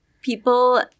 people